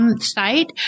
site